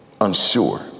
unsure